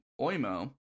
Oimo